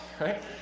Right